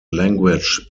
language